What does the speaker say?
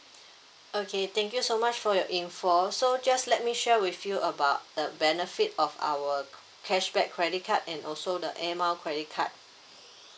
okay thank you so much for your info so just let me share with you about the benefit of our cashback credit card and also the air mile credit card